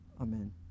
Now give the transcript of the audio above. Amen